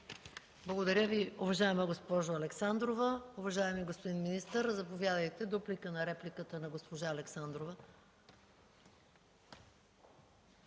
Благодаря Ви, уважаема госпожо Александрова. Уважаеми господин министър, заповядайте за дуплика на репликата на госпожа Александрова.